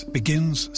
begins